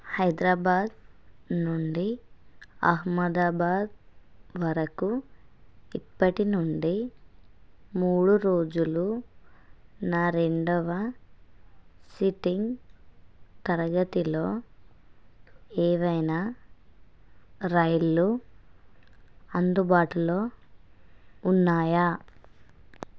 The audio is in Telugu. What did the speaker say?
హైద్రాబాదు నుండి అహ్మదాబాదు వరకు ఇప్పటి నుండి మూడు రోజులు నా రెండవ సీటింగ్ తరగతిలో ఏవైనా రైళ్ళు అందుబాటులో ఉన్నాయా